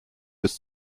bis